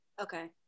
Okay